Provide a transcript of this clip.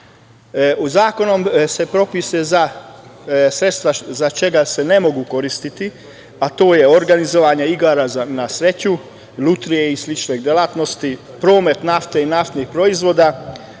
se propisuje sredstva za čega se ne mogu koristiti, a to je organizovanje igara na sreću, lutrije i slične delatnosti, promet nafte i naftnih proizvoda,